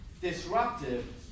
disruptive